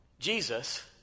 Jesus